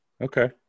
Okay